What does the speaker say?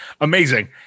amazing